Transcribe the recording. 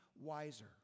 wiser